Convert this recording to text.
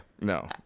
no